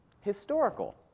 historical